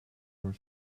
for